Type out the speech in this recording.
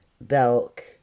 Belk